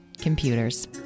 computers